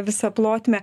visą plotmę